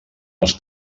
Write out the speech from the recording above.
els